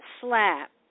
slap